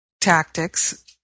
tactics